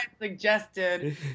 suggested